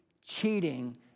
cheating